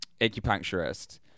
acupuncturist